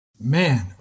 Man